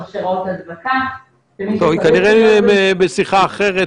כתוב שהשגה בקו שני היא ארבעה ימים.